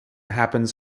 happens